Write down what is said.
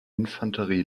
infanterie